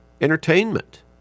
entertainment